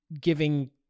giving